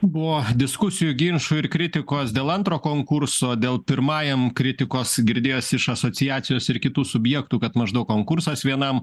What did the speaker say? buvo diskusijų ginčų ir kritikos dėl antro konkurso dėl pimajam kritikos girdėjos iš asociacijos ir kitų subjektų kad maždaug konkursas vienam